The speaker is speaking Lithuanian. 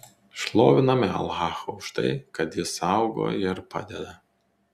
šloviname alachą už tai kad jis saugo ir padeda